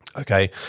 Okay